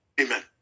Amen